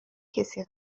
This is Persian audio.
کسی